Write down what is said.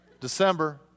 December